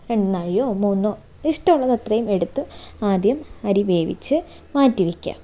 രണ്ട് നാഴിയോ മൂന്നോ ഇഷ്ടമുള്ളത് അത്രയും എടുത്ത് ആദ്യം അരി വേവിച്ച് മാറ്റി വയ്ക്കുക